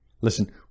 Listen